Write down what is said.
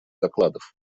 докладов